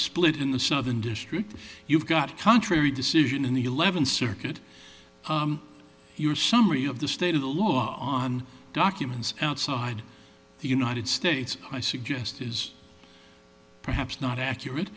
split in the southern district you've got contrary decision in the eleventh circuit your summary of the state of the law on documents outside the united states i suggest is perhaps not accurate